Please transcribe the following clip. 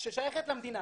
ששייכת למדינה